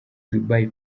dubai